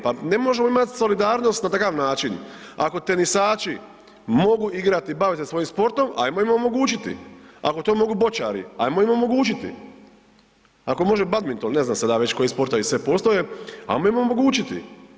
Pa ne možemo imati solidarnost na takav način, ako tenisači mogu igrati i bavit se svojim sportom ajmo im omogućiti, ako to mogu bočari, ajmo im omogućiti, ako može badminton, ne znam sada već koji sportovi sve postoje, ajmo im omogućiti.